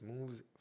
moves